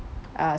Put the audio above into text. uh